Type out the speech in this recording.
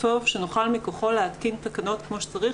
טוב שנוכל מכוחו להתקין תקנות כמו שצריך,